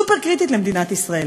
סופר-קריטית למדינת ישראל,